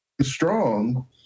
strong